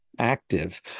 Active